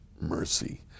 mercy